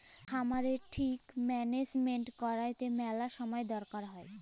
খামারের ঠিক ম্যালেজমেল্ট ক্যইরতে ম্যালা ছময় দরকার হ্যয়